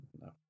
no